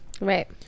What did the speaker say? Right